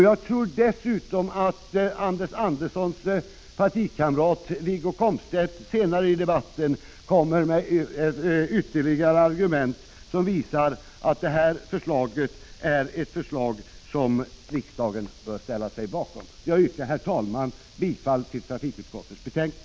Jag tror dessutom att Anders Anderssons partikamrat Wiggo Komstedt senare i debatten kommer att anföra ytterligare argument som visar att det vi nu har att ta ställning till är ett förslag som riksdagen bör ställa sig bakom. Jag yrkar, herr talman, bifall till trafikutskottets hemställan.